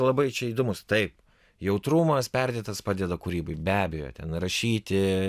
labai čia įdomus taip jautrumas perdėtas padeda kūrybai be abejo ten rašyti